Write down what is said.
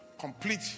complete